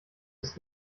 ist